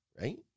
right